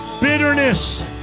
bitterness